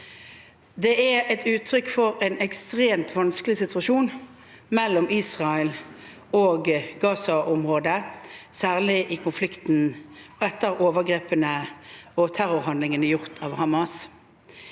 Det er et uttrykk for en ekstremt vanskelig situasjon mellom Israel og Gaza-området, særlig i konflikten etter overgrepene og terrorhandlingene gjort av Hamas.